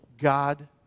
God